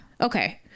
Okay